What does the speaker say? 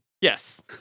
Yes